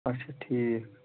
اچھا ٹھیٖک